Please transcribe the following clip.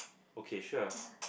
okay sure